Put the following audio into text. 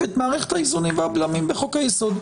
את מערכת האיזונים והבלמים בחוק היסוד.